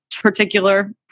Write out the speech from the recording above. particular